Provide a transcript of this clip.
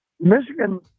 Michigan